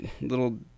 little